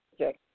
Okay